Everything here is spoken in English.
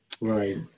Right